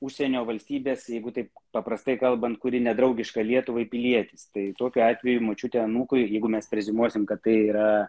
užsienio valstybės jeigu taip paprastai kalbant kuri nedraugiška lietuvai pilietis tai tokiu atveju močiutė anūkui jeigu mes rizikuosime kad tai yra